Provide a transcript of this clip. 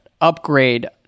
upgrade